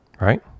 right